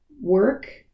work